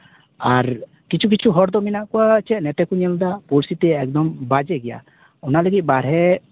ᱟᱨ ᱠᱤᱪᱷᱩ ᱠᱤᱪᱷᱩ ᱦᱚᱲ ᱫᱚ ᱢᱮᱱᱟᱜ ᱠᱚᱣᱟ ᱪᱮᱫ ᱱᱚᱛᱮ ᱠᱚ ᱧᱮᱞᱮᱫᱟ ᱡᱮ ᱯᱚᱨᱤᱥᱛᱷᱤᱛᱤ ᱮᱠᱫᱚᱢ ᱵᱟᱡᱮ ᱜᱮᱭᱟ ᱚᱱᱟ ᱞᱟᱹᱜᱤᱫ ᱵᱟᱨᱦᱮ